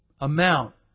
amount